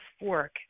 work